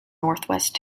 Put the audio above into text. northwest